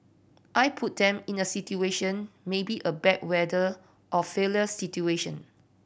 I put them in a situation maybe a bad weather or failure situation